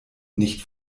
nicht